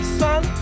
sun